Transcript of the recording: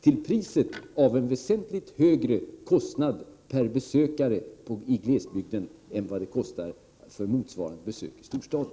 Detta har medfört att samhällets kostnad per teaterbesökare är betydligt högre i glesbygden än i storstaden.